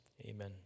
Amen